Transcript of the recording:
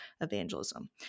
evangelism